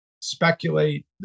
speculate